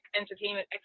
Entertainment